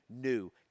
new